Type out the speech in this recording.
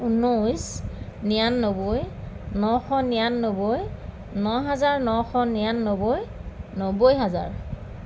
ঊনৈছ নিৰান্নবৈ নশ নিৰান্নবৈ ন হেজাৰ নশ নিৰান্নবৈ নব্বৈ হেজাৰ